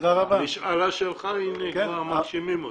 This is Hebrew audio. המשאלה שלך, כבר מגשימים אותה.